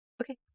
Okay